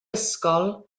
ysgol